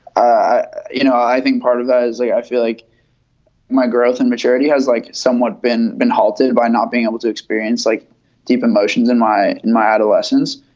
i you know i think part of that is i feel like my growth and maturity has like somewhat been been altered by not being able to experience like deep emotions in my and my adolescence.